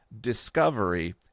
discovery